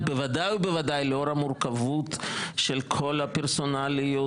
ובוודאי ובוודאי לאור המורכבות של כל הפרסונליות